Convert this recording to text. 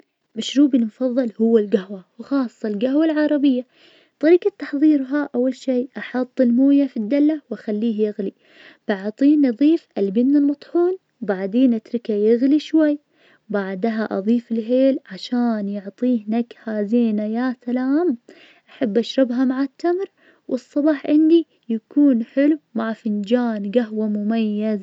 طعامي المفضل هو المندي, أحب الرز مع الدجاج واللحم, وطريجة الطبخ تكون مميزة, أما في الشتاء أحب المرقوق لأنه يدفيني, لكن بالصيف أفضل أكل السلطات, مثل سلطة الفتوش, أو التبولة, لأنها خفيفة لطيفة, يعني أحياناً تختلف خياراتي حسب الوقت, بس المندي دائماً له مكانة خاصة عندي.